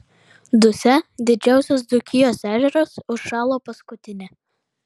dusia didžiausias dzūkijos ežeras užšalo paskutinė